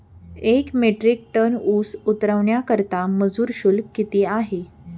एक metric tonne ऊस उतरवण्याकरता मजूर शुल्क किती आहे?